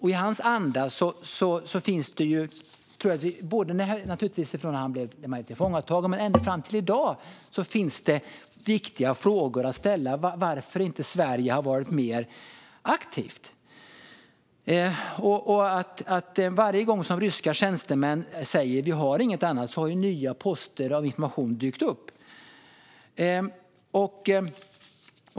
I hans anda har det ända från det att han blev tillfångatagen och fram till i dag funnits viktiga frågor att ställa när det gäller varför Sverige inte har varit mer aktivt. Varje gång som ryska tjänstemän säger att de inte har mer att dela med sig av har ny information dykt upp.